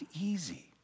easy